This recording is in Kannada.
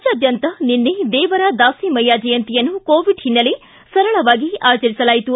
ರಾಜ್ಯಾದ್ಯಂತ ನಿನ್ನೆ ದೇವರ ದಾಸಿಮಯ್ಯ ಜಯಂತಿಯನ್ನು ಕೋವಿಡ್ ಹಿನ್ನೆಲೆ ಸರಳವಾಗಿ ಆಚರಿಸಲಾಯಿತು